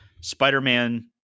Spider-Man